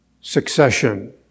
succession